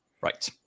Right